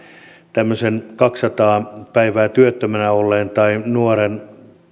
tämmöisen kaksisataa päivää työttömänä olleen tai nuoren